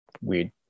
weird